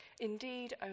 indeed